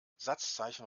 satzzeichen